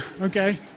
Okay